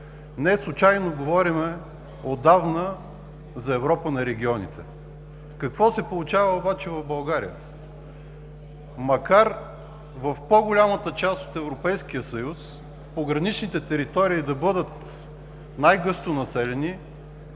Неслучайно говорим отдавна за Европа на регионите. Какво се получава обаче в България? Макар в по-голямата част от Европейския съюз пограничните територии да бъдат най-гъсто населени,